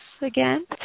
again